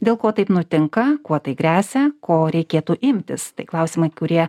dėl ko taip nutinka kuo tai gresia ko reikėtų imtis tai klausimai kurie